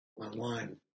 online